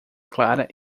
clara